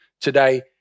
Today